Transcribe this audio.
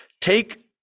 take